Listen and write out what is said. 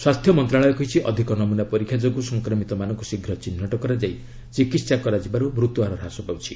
ସ୍ୱାସ୍ଥ୍ୟ ମନ୍ତ୍ରଣାଳୟ କହିଛି ଅଧିକ ନମୁନା ପରୀକ୍ଷା ଯୋଗୁଁ ସଂକ୍ରମିତମାନଙ୍କୁ ଶୀଘ୍ର ଚିହ୍ନଟ କରାଯାଇ ଚିକିତ୍ସା କରାଯିବାରୁ ମୃତ୍ୟୁହାର ହ୍ରାସ ପାଉଛି